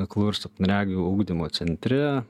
aklųjų ir silpnaregių ugdymo centre